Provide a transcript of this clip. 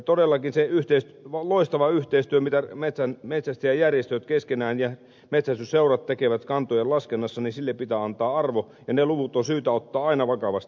todellakin sille loistavalle yhteistyölle mitä metsästäjäjärjestöt keskenään ja metsästysseurat tekevät kantojen laskennassa pitää antaa arvo ja ne luvut on syytä ottaa aina vakavasti